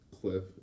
Cliff